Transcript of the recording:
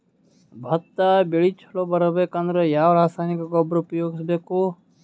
ಭತ್ತ ಬೆಳಿ ಚಲೋ ಬರಬೇಕು ಅಂದ್ರ ಯಾವ ರಾಸಾಯನಿಕ ಗೊಬ್ಬರ ಉಪಯೋಗಿಸ ಬೇಕು?